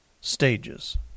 stages